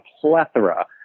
plethora